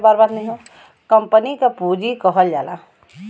company क पुँजी कहल जाला